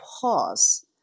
pause